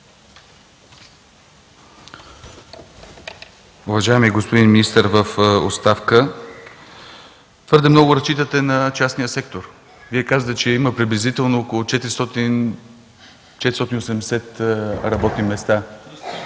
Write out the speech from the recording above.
Уважаеми господин министър в оставка, твърде много разчитате на частния сектор. Вие казахте, че има приблизително около 400-480 работни места.